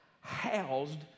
housed